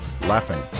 Laughing